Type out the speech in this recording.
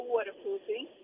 Waterproofing